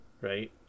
Right